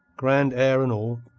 grand air and all,